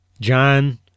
John